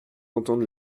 entendre